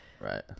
Right